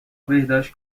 بهداشت